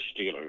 Steelers